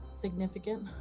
significant